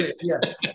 yes